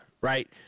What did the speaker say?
right